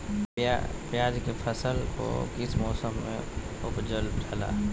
प्याज के फसल को किस मौसम में उपजल जाला?